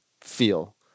feel